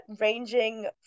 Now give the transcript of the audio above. ranging